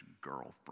girlfriend